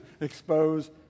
expose